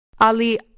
Ali